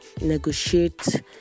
negotiate